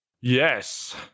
Yes